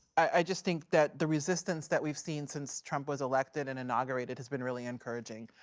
i just think that the resistance that we've seen since trump was elected and inaugurated has been really encouraging.